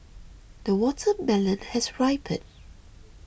the watermelon has ripened